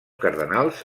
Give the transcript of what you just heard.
cardenals